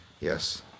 Yes